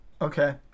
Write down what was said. Okay